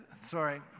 Sorry